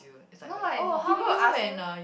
no like people will ask you